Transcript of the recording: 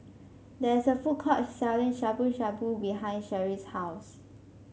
there is a food court selling Shabu Shabu behind Cherrie's house